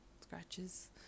scratches